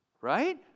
Right